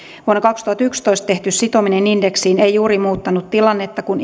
vuonna kaksituhattayksitoista tehty sitominen indeksiin ei juuri muuttanut tilannetta kun